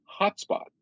Hotspot